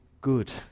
good